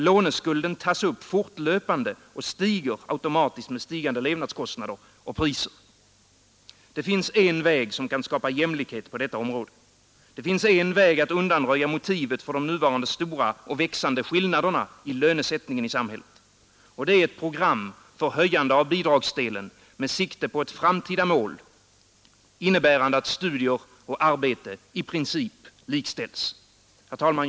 Låneskulden tas upp fortlöpande och stiger automatiskt med stigande levnadskostnader och priser. Det finns en väg som kan skapa jämlikhet på detta område. Det finns en väg att undanröja motivet för de nuvarande stora och växande skillnaderna i lönesättningen i samhället. Det är ett program för höjande av bidragsdelen med sikte på ett framtida mål, innebärande att studier och arbete i princip likställs. Herr talman!